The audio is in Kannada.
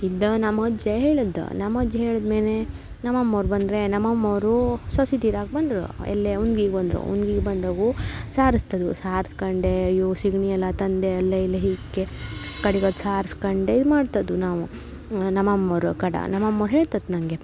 ಇದ್ದ ನಮ್ಮ ಅಜ್ಜ ಹೇಳಿದ್ದ ನಮ್ಮ ಅಜ್ಜ ಹೇಳದ್ಮೇಲೆ ನಮ್ಮ ಅಮ್ಮೋರು ಬಂದ್ರು ನಮ್ಮ ಅಮ್ಮೋರೂ ಸೊಸಿತದಿರಾಗ್ ಬಂದರು ಎಲ್ಲೇ ಉಂಗಿಗ್ ಬಂದರು ಉಂಗಿಗೆ ಬಂದಾವು ಸಾರುಸ್ತದು ಸಾರಿಸ್ಕಂಡೇ ಇವು ಸಿಗ್ಣಿಯೆಲ್ಲ ತಂದು ಅಲ್ಲಿ ಇಲ್ಲಿ ಹೆಕ್ಕಿ ಕಡಿಗೆ ಅದು ಸಾರ್ಸ್ಕೊಂಡೇ ಮಾಡ್ತದು ನಾವು ನಮ್ಮ ಅಮ್ಮೋರು ಕಡ ನಮ್ಮ ಅಮ್ಮೋರು ಹೇಳ್ತದ್ ನನಗೆ